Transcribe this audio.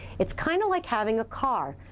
it's kind of like having a car.